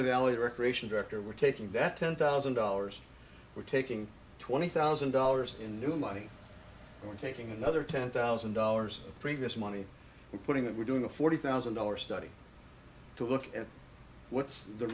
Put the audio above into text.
alley recreation director we're taking that ten thousand dollars we're taking twenty thousand dollars in new money or taking another ten thousand dollars previous money and putting it we're doing a forty thousand dollars study to look at what's the